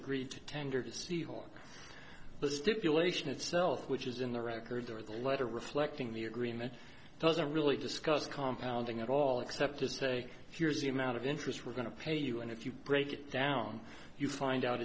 agreed to tender to city hall the stipulation itself which is in the record or the letter reflecting the agreement doesn't really discuss compound ing at all except to say here's the amount of interest we're going to pay you and if you break it down you find out